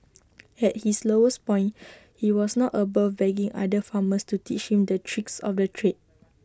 at his lowest point he was not above begging other farmers to teach him the tricks of the trade